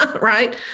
Right